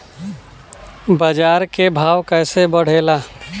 बाजार के भाव कैसे बढ़े ला?